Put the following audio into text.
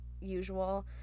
usual